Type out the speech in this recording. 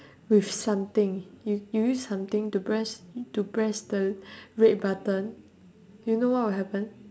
with something y~ you use something to press to press the red button you know what will happen